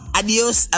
adios